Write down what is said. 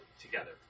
together